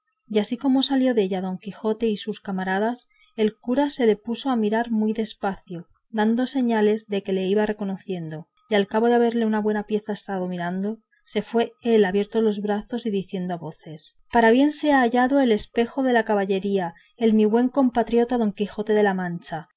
y así como salió della don quijote y sus camaradas el cura se le puso a mirar muy de espacio dando señales de que le iba reconociendo y al cabo de haberle una buena pieza estado mirando se fue a él abiertos los brazos y diciendo a voces para bien sea hallado el espejo de la caballería el mi buen compatriote don quijote de la mancha